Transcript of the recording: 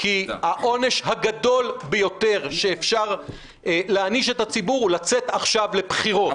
כי העונש הגדול ביותר שאפשר להעניש את הציבור הוא לצאת עכשיו לבחירות.